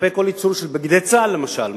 כלפי ייצור של בגדי צה"ל, למשל.